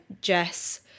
jess